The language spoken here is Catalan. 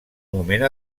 moment